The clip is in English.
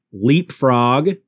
Leapfrog